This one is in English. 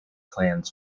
plans